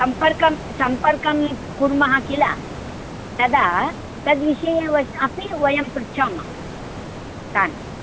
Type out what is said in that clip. सम्पर्कं सम्पर्कं कुर्मः किल तदा तद्विषये अपि वयं पृच्छामः तान्